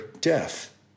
death